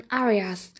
areas